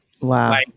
Wow